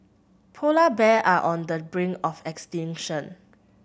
polar bears are on the brink of extinction